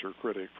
critic